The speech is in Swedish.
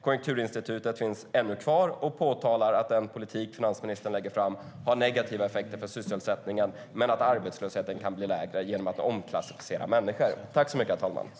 Konjunkturinstitutet finns ännu kvar och påtalar att den politik som finansministern lägger fram har negativa effekter för sysselsättningen men att arbetslösheten kan bli lägre genom att människor omklassificeras.